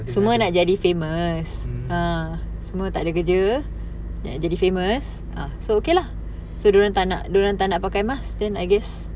mm